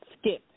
skip